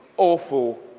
awful